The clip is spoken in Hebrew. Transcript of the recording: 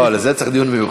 לא, לזה צריך דיון מיוחד.